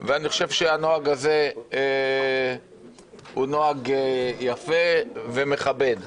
ואני חושב שהנוהג הזה הוא נוהג יפה ומכבד.